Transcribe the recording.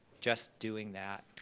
just doing that,